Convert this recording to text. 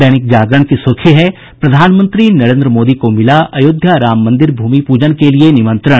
दैनिक जागरण की सुर्खी है प्रधानमंत्री नरेन्द्र मोदी को मिला अयोध्या राम मंदिर भूमि पूजन के लिए निमंत्रण